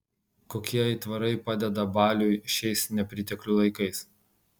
kokie aitvarai padeda baliui šiais nepriteklių laikais